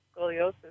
scoliosis